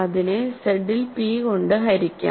അതിനെ Z ൽ p കൊണ്ട് ഹരിക്കാം